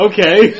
Okay